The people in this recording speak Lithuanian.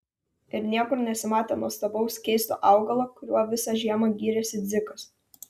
ir niekur nesimatė nuostabaus keisto augalo kuriuo visą žiemą gyrėsi dzikas